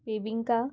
bebinca